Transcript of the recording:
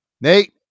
Nate